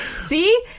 see